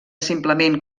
simplement